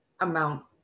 amount